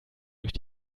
durch